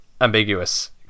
ambiguous